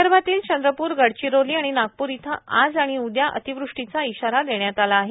विदर्भातील चंद्रपूरए गडचिरोली आणि नागपूर इथं आज आणि उद्या अतिवृष्टीचा इशारा देण्यात आला आहे